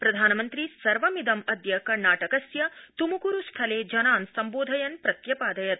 प्रधानमंत्री सर्वमिदं अद्य कर्णाटकस्थ तुमकुरूस्थले जनान् सम्बोधयन् प्रत्यपादयत्